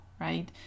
right